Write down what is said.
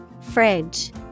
Fridge